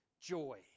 joy